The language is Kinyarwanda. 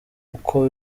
uko